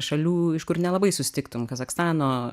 šalių iš kur nelabai susitiktum kazachstano